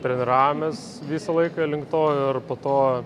treniravomės visą laiką link to ir po to